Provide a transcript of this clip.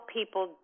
people